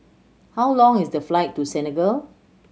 how long is the flight to Senegal